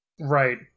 Right